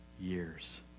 years